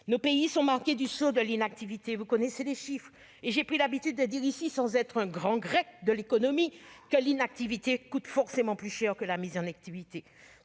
Nos pays sont marqués du sceau de l'inactivité- vous connaissez les chiffres -et j'ai pris l'habitude de dire ici, sans être un grand Grec de l'économie, que l'inactivité coûte forcément plus cher que la mise en activité.